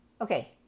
Okay